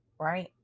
right